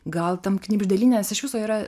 gal tam knibždėlyne nes iš viso yra